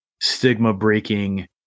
stigma-breaking